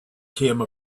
came